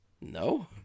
no